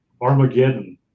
Armageddon